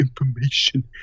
information